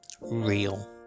real